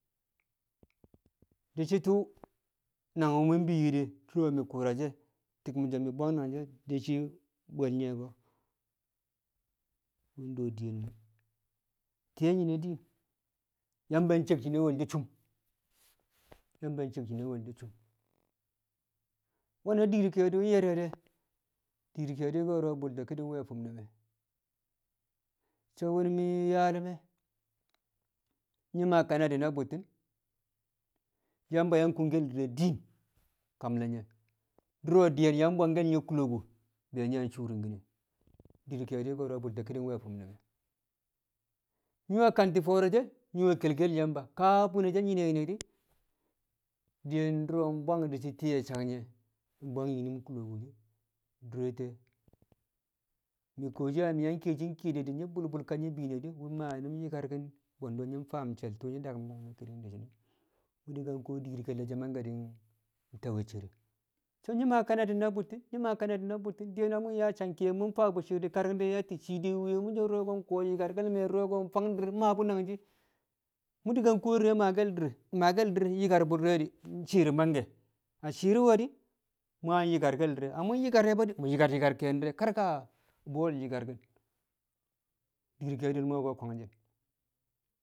Di̱ shi̱ tṵṵ nangwṵ mṵ bikkel ye̱ de̱ dṵro̱ mi̱ kṵu̱rashi̱ mi̱ bwang nangshi̱ di̱ shi̱ bwe̱l ye̱ ko̱ wṵ de we̱ di̱ye̱l me̱ te̱e̱ nyi̱ne̱ diin. Yamba cek shi̱ne̱ wo̱lsho̱ cum yamba cek shi̱ne̱ wo̱lsho̱ cum nwe̱na dir ke̱e̱di̱ ye̱re̱ de̱, dir ke̱e̱di̱ ko̱ro̱ bṵlto ki̱ni̱ng we̱ fṵm ne̱ me̱, so wṵ mi̱ yaal me̱ nyi maa Kanadi na bṵtti̱n, Yamba yang kung di̱re̱ din a kam ne̱, nye̱ dṵro̱ di̱ye̱n yang bwang nye kṵlo̱ku wu̱ be̱ yang shu̱u̱ru̱ngki̱n dir ke̱e̱di̱ ko̱ro̱ bṵlti̱n ki̱ni̱ng nwe̱ fṵm ne̱ me̱. Nyi̱ we̱ katin fo̱o̱re̱ she nyi̱ ke̱lke̱l Yamba kaa bune nyi̱ne̱ nyine̱ di̱, di̱ye̱n di̱ shi̱ dṵro̱ bwang ti̱ye̱ a sang nye̱ bwang nyi̱ kṵlo̱kṵ she̱, dure te̱e̱, mi̱ kuwoshi na mi̱ yang kiyeshi kiye de̱ di, mi̱ kiye ka bulbu nyi̱ bi̱i̱ne̱ di̱ wṵ maa nyi̱nu̱n yi̱karki̱n bwe̱ndu̱ nyi̱ faam she̱l tṵṵ dakṵm dagme̱ ki̱ni̱ng nyi̱ di̱ shi̱ne. Mṵ di̱ kuwo dir ke̱lle̱ she̱ di̱ ta we̱ cere, so̱ nyi̱ maa kanadi̱ na bṵtti̱n maa kanadi̱ bu̱ttɪn di̱ye̱n mṵ yaa ki̱ye̱m mu̱ faa bṵ shi̱i̱r kari̱ng de̱ yatti̱ cii de̱ mwi̱ye̱ mṵ so̱ du̱ro̱ nkṵwo̱ nyi̱karke̱l me̱, dṵro̱ fang di̱r maa bu̱ nangshi̱, mṵ ka di̱re̱ maake̱l di̱r, maake̱l di̱r shi̱i̱r mangke, na shi̱i̱r nwe̱ di̱ mṵ yang nyi̱kar di̱re̱, na mṵ nyi̱kar ye̱ bṵ di̱, mṵ nyikar nyi̱kar ke̱e̱shi̱ di̱re̱ kar bṵwo̱l nyi̱karki̱n, di̱r ke̱e̱di̱l mo̱ ko̱ kwangshi̱.